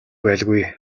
байлгүй